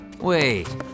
Wait